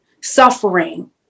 suffering